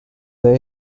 they